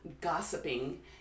gossiping